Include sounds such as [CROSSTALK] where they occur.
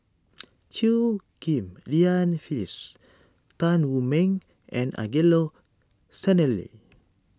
[NOISE] Chew Ghim Lian Phyllis Tan Wu Meng and Angelo Sanelli